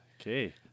Okay